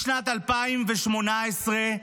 משנת 2018,